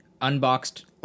unboxed